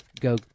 go